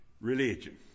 Religion